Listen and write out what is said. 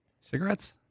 Cigarettes